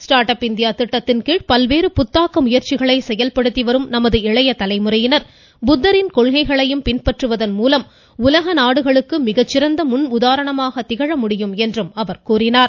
start up India திட்டத்தின்கீழ் பல்வேறு புத்தாக்க முயற்சிகளை செயல்படுத்தி வரும் நமது இளைய தலைமுறையினர் புத்தரின் கொள்கைகளையும் பின்பற்றுவதன் மூலம் உலக நாடுகளுக்கு மிகச்சிறந்த முன் உதாரணமாக திகழ மடியும் எனக் கூறினார்